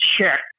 check